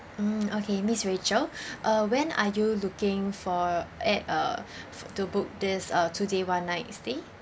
mm okay miss rachel uh when are you looking for at uh to book this uh two day one night stay